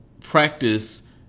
practice